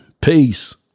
Peace